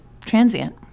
transient